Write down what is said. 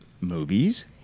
movies